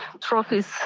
trophies